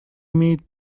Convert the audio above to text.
имеет